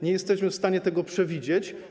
Nie jesteśmy w stanie tego przewidzieć.